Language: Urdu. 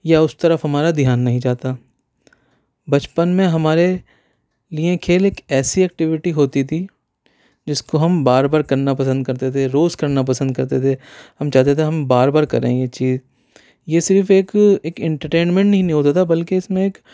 یا اس طرف ہمارا دھیان نہیں جاتا بچپن میں ہمارے لئے کھیل ایک ایسی ایکٹیویٹی ہوتی تھی جس کو ہم بار بار کرنا پسند کرتے تھے روز کرنا پسند کرتے تھے ہم چاہتے تھے بار بار کریں یہ چیز یہ صرف ایک انٹرٹینمنٹ نہیں ہوتا تھا بلکہ اس میں ایک